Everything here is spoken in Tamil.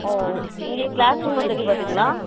ஓ இங்கே கிளாஸ் ரூம்மில் தேடி பார்த்தீங்களா